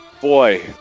Boy